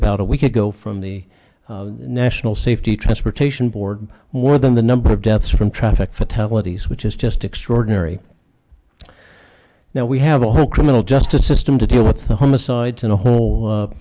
about a week ago from the national safety transportation board more than the number of deaths from traffic fatalities which is just extraordinary now we have a whole criminal justice system to deal with the homicides and